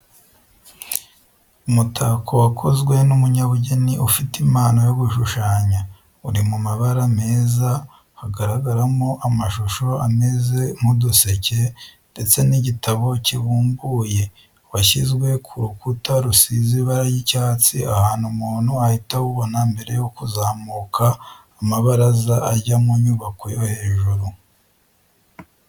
Umutako wakozwe n'umunyabugeni ufite impano yo gushushanya, uri mu mabara meza hagaragaramo amashusho ameze nk'uduseke ndetse n'igitabo kibumbuye, washyizwe ku rukuta rusize ibara ry'icyatsi ahantu umuntu ahita awubona mbere yo kuzamuka amabaraza ajya mu nyubako yo hejuru.